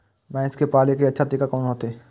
भैंस के पाले के अच्छा तरीका कोन होते?